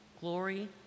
glory